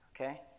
Okay